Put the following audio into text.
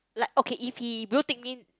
like okay if he blue tick me